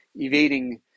evading